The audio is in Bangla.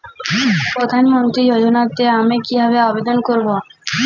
প্রধান মন্ত্রী যোজনাতে আমি কিভাবে আবেদন করবো?